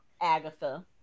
Agatha